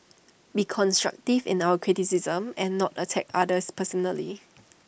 be constructive in our criticisms and not attack others personally